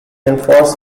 enforced